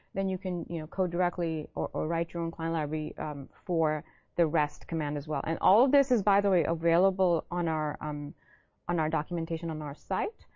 then you can you know code directly or write your own client library for the rest command as well. and all of this is, by the way, available on our um on our documentation on our site.